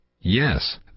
Yes